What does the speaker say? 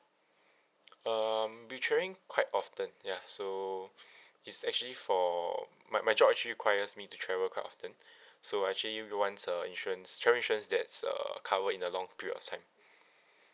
um be travelling quite often ya so it's actually for my my job actually requires me to travel quite often so I actually want a insurance travel insurance that's uh covered in a long period of time